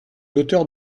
l’auteure